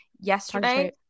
yesterday